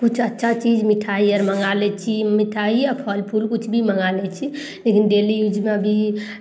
कुछ अच्छा चीज मिठाइ आर मँगा लै छी मिठाइ आओर फल फूल कुछ भी मँगा लै छी लेकिन डेली यूजमे अभी